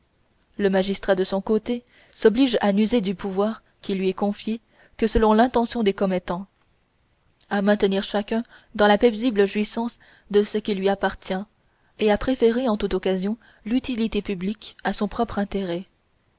le magistrat de son côté s'oblige à n'user du pouvoir qui lui est confié que selon l'intention des commettants à maintenir chacun dans la paisible jouissance de ce qui lui appartient et à préférer en toute occasion l'utilité publique à son propre intérêt